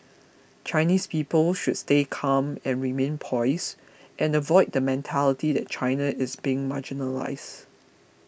Chinese people should stay calm and remain poised and avoid the mentality that China is being marginalised